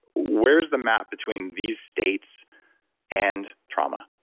where's the map between these states and trauma,